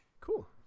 Cool